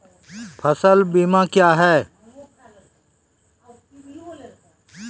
फसल बीमा क्या हैं?